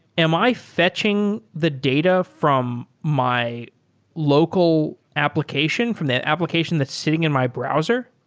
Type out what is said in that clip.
am i fetching the data from my local application, from that application that's sitting in my browser?